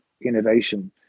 innovation